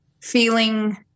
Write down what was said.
feeling